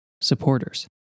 supporters